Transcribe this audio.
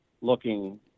looking